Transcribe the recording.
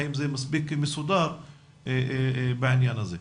האם זה מספיק מסודר בעניין הזה?